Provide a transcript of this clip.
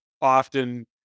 often